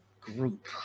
group